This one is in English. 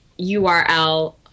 URL